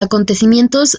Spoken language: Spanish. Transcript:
acontecimientos